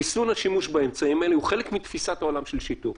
ריסון השימוש באמצעים האלה הוא חלק מתפיסת העולם של שיטור.